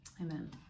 Amen